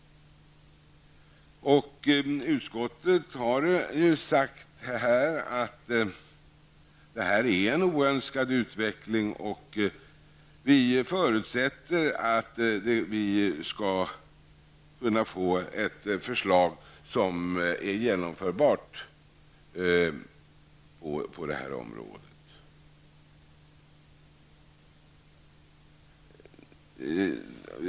Utskottet har sagt att detta är en oönskad utveckling. Vi förutsätter att det på detta område skall komma ett förslag som är genomförbart.